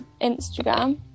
Instagram